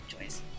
choice